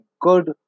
good